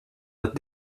att